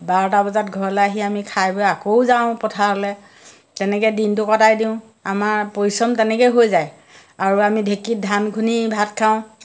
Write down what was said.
বাৰটা বজাত ঘৰলৈ আহি আমি খাই বৈ আকৌ যাওঁ পথাৰলৈ তেনেকৈ দিনটো কটাই দিওঁ আমাৰ পৰিশ্ৰম তেনেকৈ হৈ যায় আৰু আমি ঢেঁকীত ধান খুন্দি ভাত খাওঁ